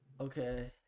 Okay